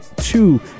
two